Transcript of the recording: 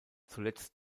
zuletzt